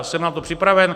Jsem na to připraven.